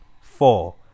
four